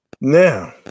Now